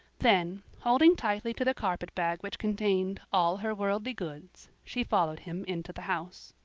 then, holding tightly to the carpet-bag which contained all her worldly goods, she followed him into the house.